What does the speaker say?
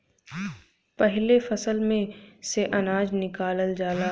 पाहिले फसल में से अनाज निकालल जाला